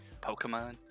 Pokemon